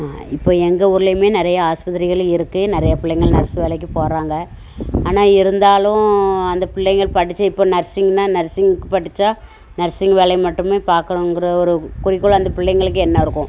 இப்போ எங்கள் ஊர்லேயுமே நிறையா ஆஸ்பத்திரிகள் இருக்குது நிறையா பிள்ளைங்கள் நர்ஸு வேலைக்கு போகிறாங்க ஆனால் இருந்தாலும் அந்த பிள்ளைகள் படித்து இப்போ நர்ஸிங்குன்னா நர்ஸிங்குக்கு படித்தா நர்ஸிங் வேலையை மட்டும் பார்க்கணுன்னுங்குற ஒரு குறிக்கோள் அந்த பிள்ளைகளுக்கு எண்ணம் இருக்கும்